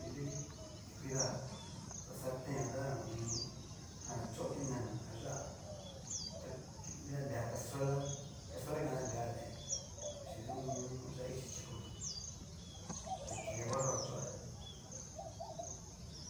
Ti nridi ti kuii dá ta saltén jaan ta hu u un. jan chó ti'nana a yá'a ta nrita nrea casuela, casuela inka ta nrea deen, xhi hu u un. yá'a ichi chikona, ta kidi brro jan choa.